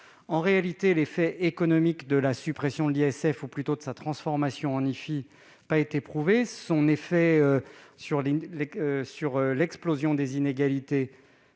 En réalité, l'effet économique de la suppression de l'ISF, ou plutôt de sa transformation en IFI, n'a pas été prouvé. En revanche, son effet sur l'explosion des inégalités